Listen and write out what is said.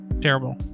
terrible